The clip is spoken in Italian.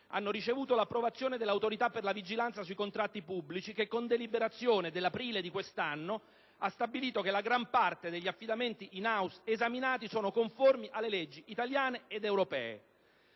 hanno ricevuto l'approvazione dell'Autorità per la vigilanza sui contratti pubblici che, con deliberazione dell'aprile di quest'anno, ha riconosciuto la conformità di gran parte degli affidamenti *in house* esaminati alle leggi italiane ed europee.